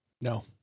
No